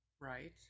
Right